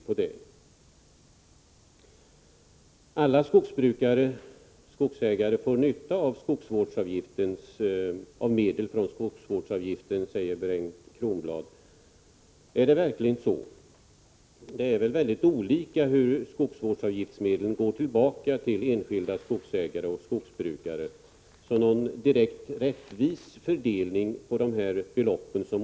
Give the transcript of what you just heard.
Bengt Kronblad säger vidare att alla skogsägare får nytta av skogsvårdsavgiftsmedlen. Men är det verkligen så? Det varierar mycket när det gäller hur skogsvårdsavgiftsmedlen går tillbaka till enskilda skogsägare och skogsbrukare, så det sker inte någon rättvis fördelning av beloppen.